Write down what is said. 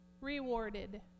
rewarded